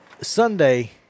Sunday